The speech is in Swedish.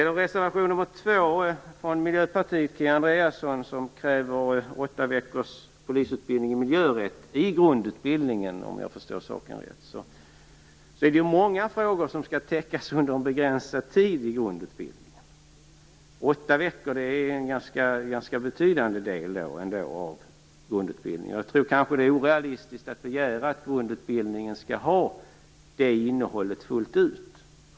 I reservation nr 2 från Miljöpartiet och Kia Andreasson krävs åtta veckors polisutbildning i miljörätt i grundutbildningen, om jag förstår saken rätt. Det är ju många frågor som skall täckas under en begränsad tid i grundutbildningen. Åtta veckor är en ganska betydande del av grundutbildningen. Jag tror att det är orealistiskt att begära att grundutbildningen skall ha det innehållet fullt ut.